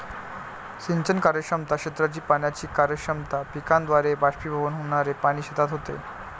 सिंचन कार्यक्षमता, क्षेत्राची पाण्याची कार्यक्षमता, पिकाद्वारे बाष्पीभवन होणारे पाणी शेतात होते